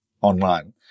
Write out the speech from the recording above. online